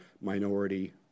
minority